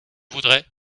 voudrais